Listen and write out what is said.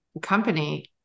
company